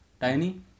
tiny